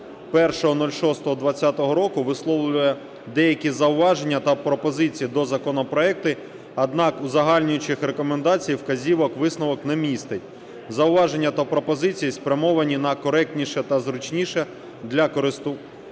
01.06.20 року висловлює деякі зауваження та пропозиції до законопроекту, однак в узагальнюючих рекомендаціях вказівок висновок не містить. Зауваження та пропозиції спрямовані на коректніше та зручніше для користування